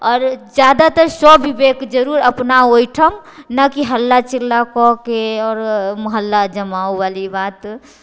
आओर जादातर स्वविवेक जरुर अपनाउ ओइठाम ने कि हल्ला चिल्ला कऽके आओर मोहल्ला जमावाली बात